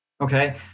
Okay